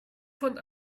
von